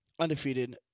undefeated